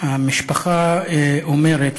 המשפחה אומרת,